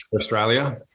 Australia